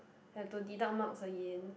have to deduct marks again